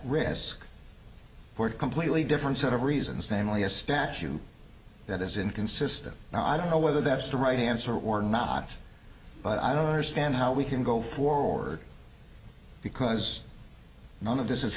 risk port completely different set of reasons namely a statue that is inconsistent and i don't know whether that's the right answer or not but i don't understand how we can go forward because none of this